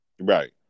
Right